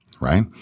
right